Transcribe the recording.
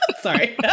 Sorry